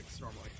normally